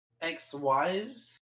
ex-wives